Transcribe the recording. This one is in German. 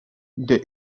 der